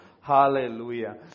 Hallelujah